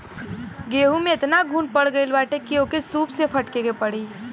गेंहू में एतना घुन पड़ गईल बाटे की ओके सूप से फटके के पड़ी